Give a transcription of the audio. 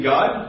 God